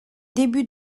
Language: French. début